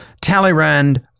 Talleyrand